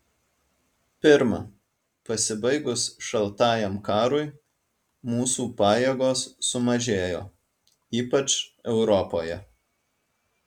pirma pasibaigus šaltajam karui mūsų pajėgos sumažėjo ypač europoje